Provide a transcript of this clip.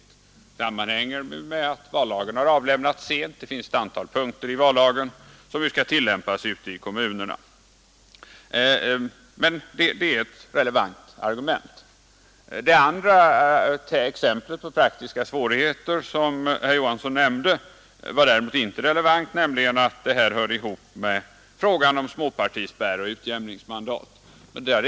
Det sammanhänger väl med att propositionen om vallagen har avlämnats sent och att det finns ett antal punkter i vallagen som nu skall tillämpas ute i kommunerna. Detta är alltså ett relevant argument. Det andra exemplet på praktiska svårigheter som herr Johansson nämnde var däremot inte relevant, nämligen att de här reglerna hörde ihop med frågan om småpartispärr och utjämningsmandat.